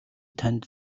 танд